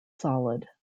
solid